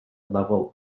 level